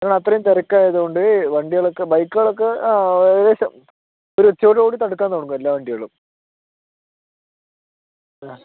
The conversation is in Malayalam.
അത്രയും തിരക്കായതുകൊണ്ട് വണ്ടികളൊക്കെ ബൈക്കുകളൊക്കെ ഏകദേശം ഒരു ഉച്ചയോടുകൂടി തടുക്കാൻ തുടങ്ങും എല്ലാ വണ്ടികളും ആ